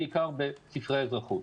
בעיקר בספרי האזרחות.